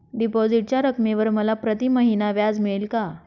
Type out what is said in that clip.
डिपॉझिटच्या रकमेवर मला प्रतिमहिना व्याज मिळेल का?